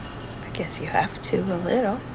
guess you have to a little.